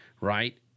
right